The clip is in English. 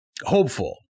hopeful